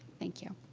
thank you.